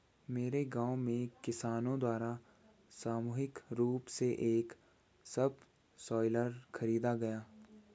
मेरे गांव में किसानो द्वारा सामूहिक रूप से एक सबसॉइलर खरीदा गया